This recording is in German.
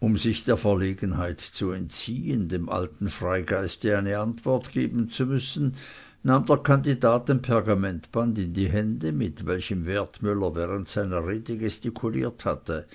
um sich der verlegenheit zu entziehen dem alten freigeiste eine antwort geben zu müssen nahm der kandidat den pergamentband in die hände mit welchem wertmüller während seiner rede gestikuliert hatte